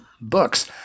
books